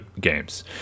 games